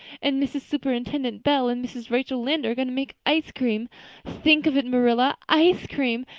and mrs. superintendent bell and mrs. rachel lynde are going to make ice cream think of it, marilla ice cream!